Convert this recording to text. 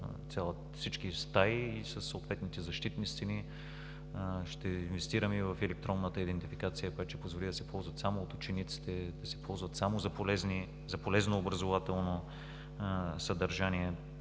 всички стаи, и са със съответните защитни стени. Ще инвестираме и в електронната идентификация, която ще позволи да се ползват само от учениците, да се ползват само за полезно образователно съдържание.